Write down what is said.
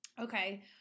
Okay